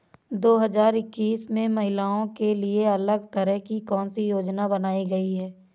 दो हजार इक्कीस में महिलाओं के लिए अलग तरह की कौन सी योजना बनाई गई है?